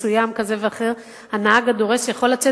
מסוים כזה ואחר הנהג הדורס יכול לצאת